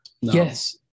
Yes